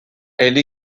elle